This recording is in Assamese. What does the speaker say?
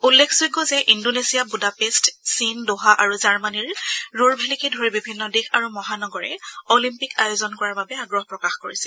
উল্লেখযোগ্য যো ইন্দোনেচিয়া বুদাপেষ্ট চীন ডোহা আৰু জাৰ্মনীৰ ৰুৰভেলিকে ধৰি বিভিন্ন দেশ আৰু মহানগৰে অলিম্পিক আয়োজন কৰাৰ বাবে আগ্ৰহ প্ৰকাশ কৰিছিল